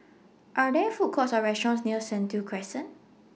Are There Food Courts Or restaurants near Sentul Crescent